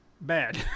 bad